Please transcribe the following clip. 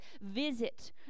visit